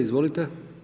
Izvolite.